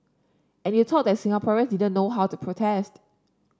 and you thought that Singaporean didn't know how to protest